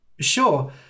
Sure